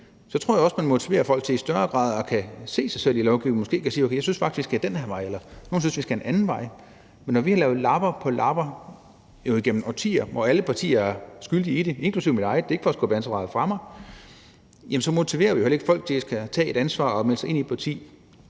Så tror jeg også, at man i højere grad motiverer folk til at kunne se sig selv i lovgivningen og måske til at kunne sige, at man faktisk synes, vi skal ad den her vej, eller nogle synes, at vi skal en anden vej. Men når vi har lavet lap på lap igennem årtier, hvor alle partier er skyldige i det, inklusive mit eget – det er ikke for at skubbe ansvaret fra mig – så motiverer vi heller ikke folk til at skulle tage et ansvar og melde sig ind i et parti